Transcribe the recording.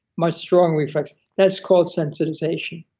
my strong reflex, that's called sensitization